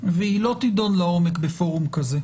והיא לא תידון לעומק בפורום כזה.